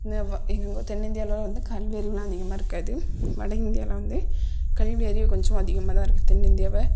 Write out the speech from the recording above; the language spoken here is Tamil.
இந்த வ தென்னிந்தியாவுலெலாம் வந்து கல்வி அறிவெலாம் அதிகமாக இருக்காது வட இந்தியாவில் வந்து கல்வி அறிவு கொஞ்சம் அதிகமாக தான் இருக்குது தென்னிந்தியாவை